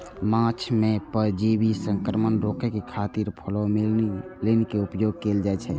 माछ मे परजीवी संक्रमण रोकै खातिर फॉर्मेलिन के उपयोग कैल जाइ छै